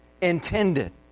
intended